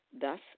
Thus